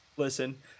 listen